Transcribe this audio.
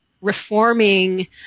reforming